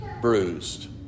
bruised